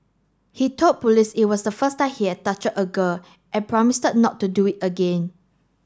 he told police it was the first time he had touched a girl and promised not to do it again